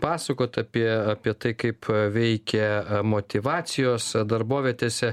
pasakot apie apie tai kaip veikia motyvacijos darbovietėse